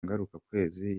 ngarukakwezi